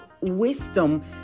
wisdom